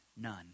none